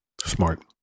Smart